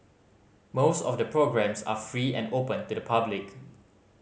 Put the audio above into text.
most of the programmes are free and open to the public